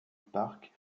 park